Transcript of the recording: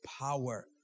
power